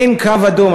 אין קו אדום.